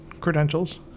credentials